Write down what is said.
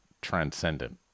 transcendent